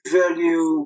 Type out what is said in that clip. value